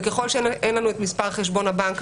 וככל שאין לנו את מספר חשבון הבנק,